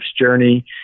journey